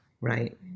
right